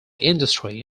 industry